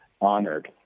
honored